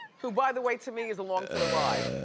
who by the way to me is along for the ride.